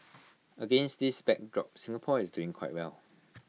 against this backdrop Singapore is doing quite well